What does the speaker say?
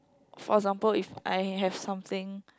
for example if I have something